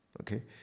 okay